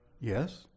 Yes